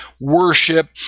worship